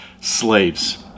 slaves